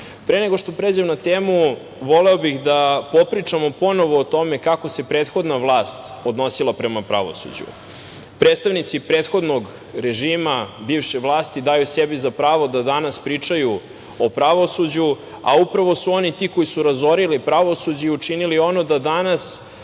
nego što pređem na temu voleo bih da popričamo ponovo o tome kako se prethodna vlast odnosila prema pravosuđu. Predstavnici prethodnog režima, bivše vlasti daju sebi za pravo da danas pričaju o pravosuđu, a upravo su oni ti koji su razorili pravosuđe i učinili da danas